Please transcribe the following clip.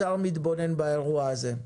משרד האוצר מתבונן באירוע הזה.